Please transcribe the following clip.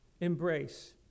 embrace